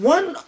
One